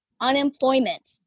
unemployment